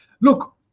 Look